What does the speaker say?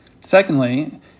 Secondly